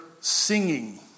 singing